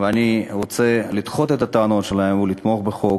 ואני רוצה לדחות את הטענות שלהם ולתמוך בחוק,